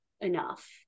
enough